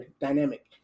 dynamic